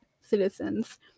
citizens